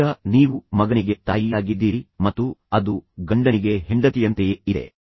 ಈಗ ನೀವು ಮಗನಿಗೆ ತಾಯಿಯಾಗಿದ್ದೀರಿ ಮತ್ತು ಅದು ಗಂಡನಿಗೆ ಹೆಂಡತಿಯಂತೆಯೇ ಇದೆ